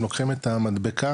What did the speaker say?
הם לוקחים את המדבקה,